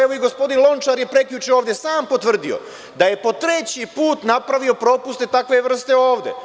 Evo i gospodin Lončar je prekjuče ovde sam potvrdio da je po treći put napravio propuste takve vrste ovde.